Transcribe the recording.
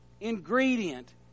ingredient